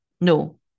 No